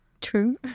True